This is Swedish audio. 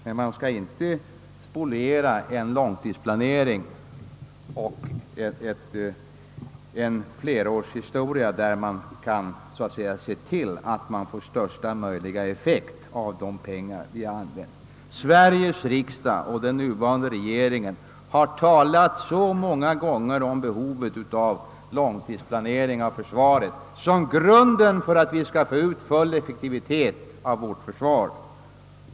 Men man skall inte spoliera en långtidsplanering och en flerårsplan, som gör det möjligt att på bästa sätt använda de pengar vi anslår till försvaret. Sveriges riksdag och den nuvarande regeringen har så många gånger förklarat att en långtidsplanering är en förutsättning för att få ut full effekt av vårt försvar.